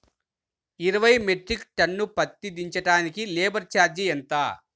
ఇరవై metric ton పత్తి దించటానికి లేబర్ ఛార్జీ ఎంత?